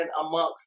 amongst